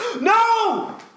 No